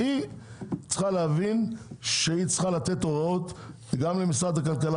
היא צריכה להבין שהיא צריכה לתת הוראות למשרד הכלכלה